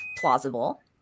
plausible